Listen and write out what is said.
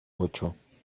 ocho